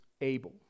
able